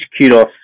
kudos